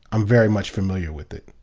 i'm very much familiar with it.